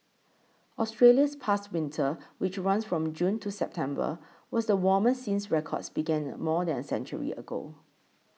Australia's past winter which runs from June to September was the warmest since records began the more than a century ago